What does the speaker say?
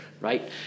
right